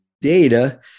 data